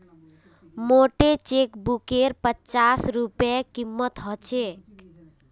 मोटे चेकबुकेर पच्चास रूपए कीमत ह छेक